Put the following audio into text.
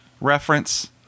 reference